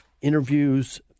Interviews